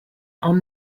are